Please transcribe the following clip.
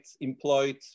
employed